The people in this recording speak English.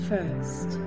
First